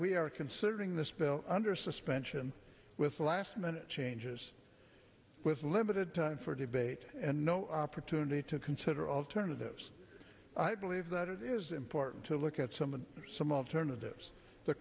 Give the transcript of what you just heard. we are considering this bill under suspension with the last minute changes with limited time for debate and no opportunity to consider alternatives i believe that it is important to look at some of some alternatives the